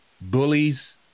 bullies